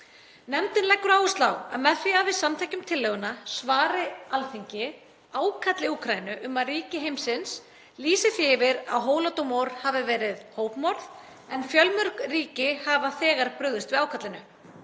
Nefndin leggur áherslu á að með því að við samþykkjum tillöguna svari Alþingi ákalli Úkraínu um að ríki heimsins lýsi því yfir að Holodomor hafi verið hópmorð en fjölmörg ríki hafa þegar brugðist við ákallinu.